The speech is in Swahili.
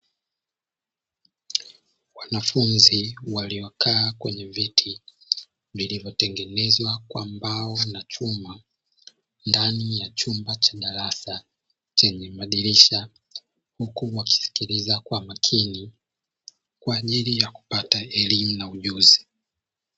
Wanafunzi waliokaa kwenye viti vilivyotengenezwa kwa mbao na chuma ndani ya chumba cha darasa chenye madirisha, huku wakisikiliza kwa makini kwa ajili ya kupata elimu na ujuzi.